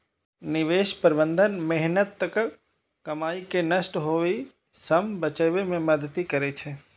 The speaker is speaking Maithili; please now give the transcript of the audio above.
निवेश प्रबंधन मेहनतक कमाई कें नष्ट होइ सं बचबै मे मदति करै छै